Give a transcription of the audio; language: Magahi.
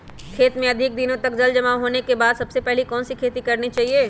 खेत में अधिक दिनों तक जल जमाओ होने के बाद सबसे पहली कौन सी खेती करनी चाहिए?